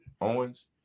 Owens